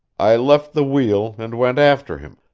i left the wheel and went after him,